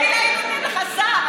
מילא היו נותנים לך שר,